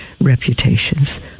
reputations